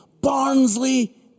Barnsley